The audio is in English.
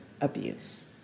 Abuse